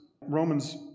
Romans